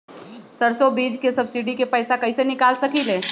सरसों बीज के सब्सिडी के पैसा कईसे निकाल सकीले?